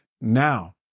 now